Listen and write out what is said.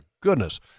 goodness